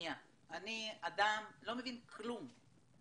אני אדם, לא מבינה כלום,